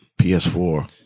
PS4